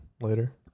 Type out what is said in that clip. later